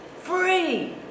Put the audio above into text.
free